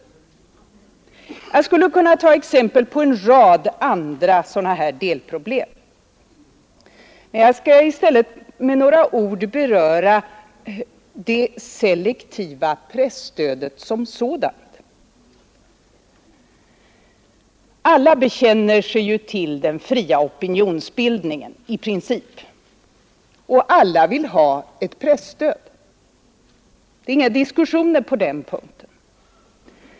Jag skulle kunna ta exempel på en rad andra sådana här delproblem, men jag skall i stället med några ord beröra det selektiva presstödet som sådant. Alla bekänner sig ju till den fria opinionsbildningen — i princip — och alla vill ha ett presstöd. Det är inga diskussioner på den punkten.